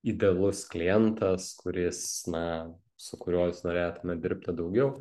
idealus klientas kuris na su kuriuo jūs norėtumėt dirbti daugiau